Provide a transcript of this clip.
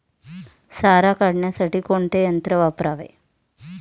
सारा काढण्यासाठी कोणते यंत्र वापरावे?